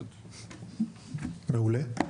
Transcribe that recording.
מעולה,